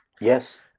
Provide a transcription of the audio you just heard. Yes